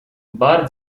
bar